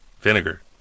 vinegar